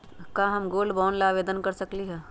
का हम gold bond ला आवेदन कर सकली ह?